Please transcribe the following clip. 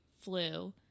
flu